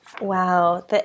Wow